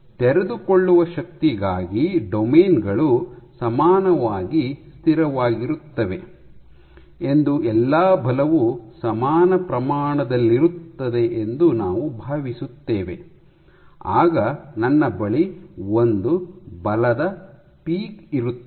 ತೆರೆದುಕೊಳ್ಳುವ ಶಕ್ತಿಗಾಗಿ ಡೊಮೇನ್ ಗಳು ಸಮಾನವಾಗಿ ಸ್ಥಿರವಾಗಿರುತ್ತವೆ ಎಂದು ಎಲ್ಲಾ ಬಲವು ಸಮಾನ ಪ್ರಮಾಣದಲ್ಲಿರುತ್ತದೆ ಎಂದು ನಾವು ಭಾವಿಸುತ್ತೇವೆ ಆಗ ನನ್ನ ಬಳಿ ಒಂದು ಬಲದ ಪೀಕ್ ಇರುತ್ತದೆ